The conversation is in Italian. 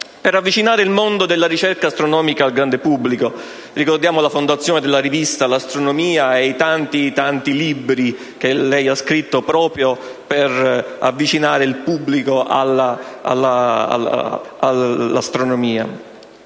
per avvicinare il mondo della ricerca astronomica al grande pubblico. Ricordiamo la fondazione della rivista "L'Astronomia" e i tanti libri che ha scritto proprio per avvicinare il pubblico alla materia.